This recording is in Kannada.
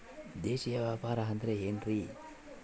ದೇಶೇಯ ವ್ಯಾಪಾರ ಅಂದ್ರೆ ಏನ್ರಿ?